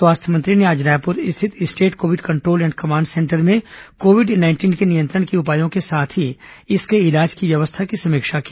स्वास्थ्य मंत्री ने आज रायपुर स्थित state Covid control and command centre में कोविड नाइंटीन के नियंत्रण के उपायों के साथ ही इसके इलाज की व्यवस्था की समीक्षा की